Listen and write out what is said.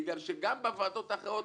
בגלל שגם בוועדות האחרות